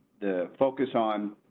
the focus on.